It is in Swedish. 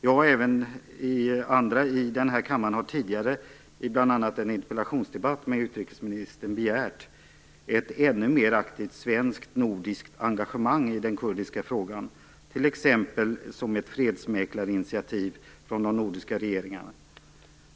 Jag och även andra i den här kammaren har tidigare, bl.a. i en interpellationsdebatt med utrikesministern, begärt ett ännu mer aktivt svenskt-nordiskt engagemang i den kurdiska frågan, t.ex. som ett fredsmäklarinitiativ från de nordiska regeringarna.